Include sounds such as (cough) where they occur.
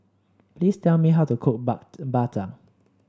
please tell me how to cook (unintelligible) Bak Chang